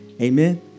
amen